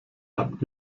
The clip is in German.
habt